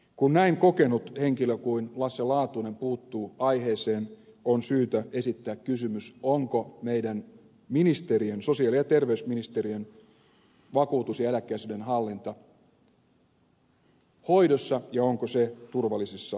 kun näin kokenut henkilö kuin lasse laatunen puuttuu aiheeseen on syytä esittää kysymys onko meidän ministeriömme sosiaali ja terveysministeriön vakuutus ja eläkeasioiden hallinta hoidossa ja onko se turvallisissa käsissä